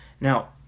Now